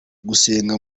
gusenga